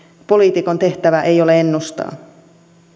poliitikon tehtävä ei ole ennustaa